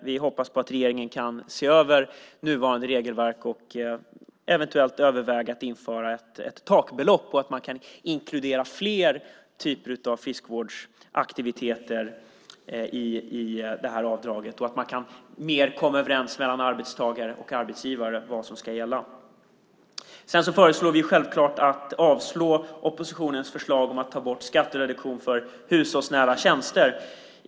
Vi hoppas att regeringen kan se över nuvarande regelverk, överväga att införa ett takbelopp och inkludera fler typer av friskvårdsaktiviteter i bidraget. Då kan arbetstagare och arbetsgivare i större utsträckning komma överens om vad som ska gälla. Vi yrkar självklart avslag på oppositionens förslag om att ta bort skattereduktionen på hushållsnära tjänster.